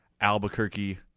Albuquerque